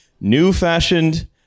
new-fashioned